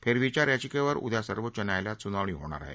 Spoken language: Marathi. फेरविचार याचिकेवर उद्या सर्वोच्च न्यायालयात सुनावणी होणार आहे